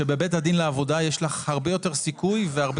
שבבית הדין לעבודה יש לך הרבה יותר סיכוי והרבה